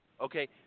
Okay